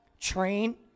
train